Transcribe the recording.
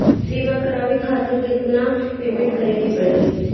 बीमा करावे खातिर केतना पेमेंट करे के पड़ी?